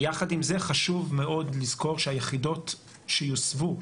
יחד עם זה חשוב מאוד לזכור שהיחידות שיוסבו,